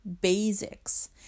basics